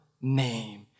name